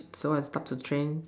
so I start to change